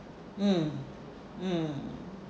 mm mm